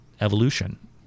evolution